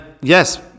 Yes